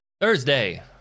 Thursday